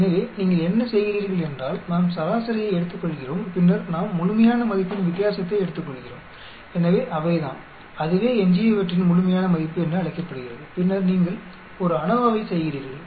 எனவே நீங்கள் என்ன செய்கிறீர்கள் என்றால் நாம் சராசரியை எடுத்துக்கொள்கிறோம் பின்னர் நாம் முழுமையான மதிப்பின் வித்தியாசத்தை எடுத்துக்கொள்கிறோம் எனவே அவைதான் அதுவே எஞ்சியவற்றின் முழுமையான மதிப்பு என்று அழைக்கப்படுகின்றது பின்னர் நீங்கள் ஒரு ANOVA ஐ செய்கிறீர்கள்